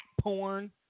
porn